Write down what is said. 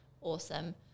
awesome